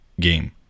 game